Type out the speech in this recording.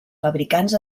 fabricants